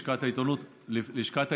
לשכת העיתונות הממשלתית,